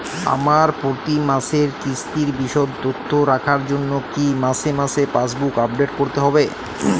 আমার প্রতি মাসের কিস্তির বিশদ তথ্য রাখার জন্য কি মাসে মাসে পাসবুক আপডেট করতে হবে?